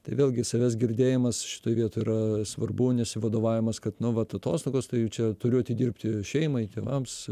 tai vėlgi savęs girdėjimas šitoj vietoj yra svarbu nesivadovavimas kad nu vat atostogos tai jau čia turiu atidirbti šeimai tėvams